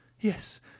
Yes